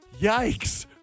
yikes